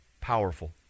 powerful